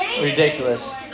Ridiculous